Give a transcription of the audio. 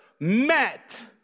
met